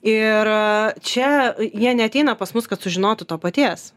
ir čia jie neateina pas mus kad sužinotų to paties